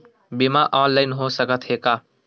बीमा ऑनलाइन हो सकत हे का?